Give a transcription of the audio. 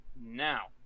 Now